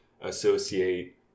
associate